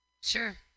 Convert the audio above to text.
Sure